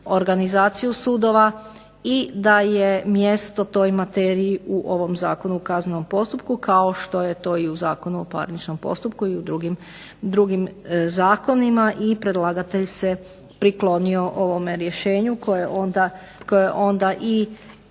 organizaciju sudova, i da je mjesto toj materiji u ovom Zakonu o kaznenom postupku, kao što je to i u Zakonu o parničnom postupku i u drugim zakonima, i predlagatelj se priklonio ovome rješenju koje onda i